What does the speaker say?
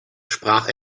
sprach